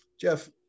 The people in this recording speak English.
Jeff